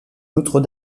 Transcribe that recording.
notre